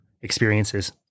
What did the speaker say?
experiences